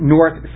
North